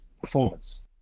performance